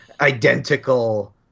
identical